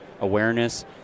awareness